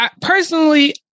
Personally